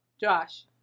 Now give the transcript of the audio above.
Josh